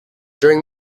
during